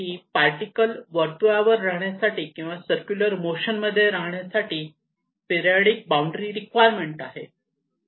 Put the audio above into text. ही particle वर्तुळावर राहण्यासाठी किंवा सर्क्युलर मोशन मध्ये राहण्यासाठी पिरिऑडिक बाउंड्री रिक्वायरमेंट आहे